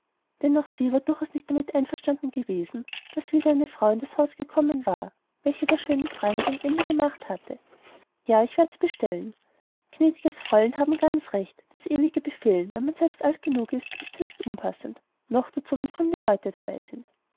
auch sie war durchaus nicht damit einverstanden gewesen daß wieder eine frau in das haus gekommen war welche der schönen freiheit ein ende gemacht hatte ja ich werd's bestellen gnädiges fräulein haben ganz recht das ewige befehlen wenn man selbst alt genug ist ist höchst unpassend noch dazu wenn fremde leute dabei sind